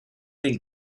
del